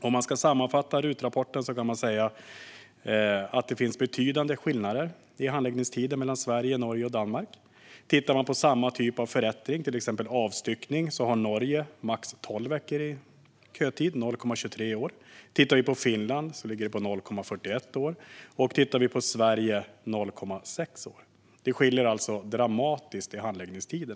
Om man ska sammanfatta RUT-rapporten kan man säga att det är betydande skillnader i handläggningstider mellan Sverige, Norge och Danmark. För samma typ av förrättning, till exempel avstyckning, har Norge max tolv veckor i kötid, 0,23 år, i Finland är den 0,41 år och i Sverige 0,6 år. Det är alltså en dramatisk skillnad i handläggningstider.